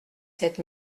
sept